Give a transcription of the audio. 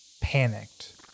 panicked